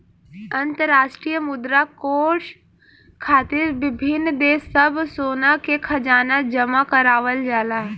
अंतरराष्ट्रीय मुद्रा कोष खातिर विभिन्न देश सब सोना के खजाना जमा करावल जाला